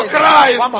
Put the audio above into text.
Christ